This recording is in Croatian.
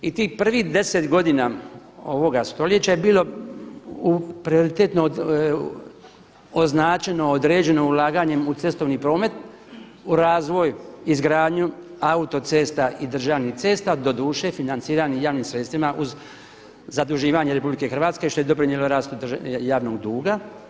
I tih prvih 10 godina ovoga stoljeća je bilo prioritetno označeno, određeno ulaganjem u cestovni promet, u razvoj, izgradnju autocesta i državnih cesta, doduše financiranih javnim sredstvima uz zaduživanje RH što je doprinijelo rastu javnog duga.